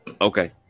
Okay